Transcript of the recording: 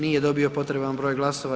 Nije dobio potreban broj glasova.